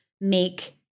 make